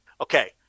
Okay